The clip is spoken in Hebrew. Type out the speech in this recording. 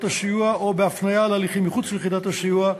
הסיוע או בהפניה להליכים מחוץ ליחידת הסיוע,